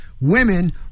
women